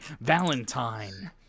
valentine